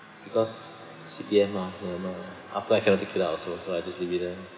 because C_P_F mah after I cannot take it out also so I just leave it there